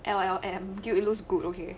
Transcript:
L L M guilt looks good okay